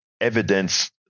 evidence